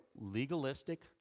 legalistic